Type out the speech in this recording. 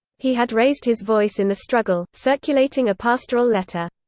he had raised his voice in the struggle, circulating a pastoral letter.